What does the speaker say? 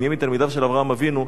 נהיה מתלמידיו של אברהם אבינו,